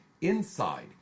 inside